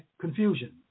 confusion